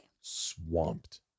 swamped